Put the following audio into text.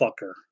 fucker